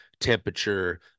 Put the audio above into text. temperature